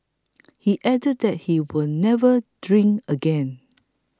he added that he will never drink again